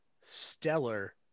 stellar